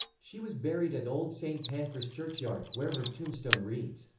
she was buried at old saint pancras churchyard, where her tombstone reads,